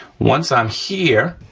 once i'm here,